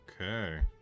okay